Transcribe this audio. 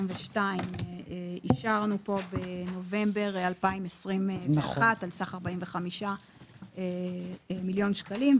אישרנו פה בנובמבר 2021 ע"ס 45 מיליון שקלים.